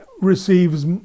receives